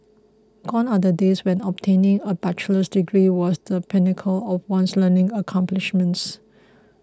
gone are the days when obtaining a bachelor's degree was the pinnacle of one's learning accomplishments